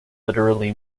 literally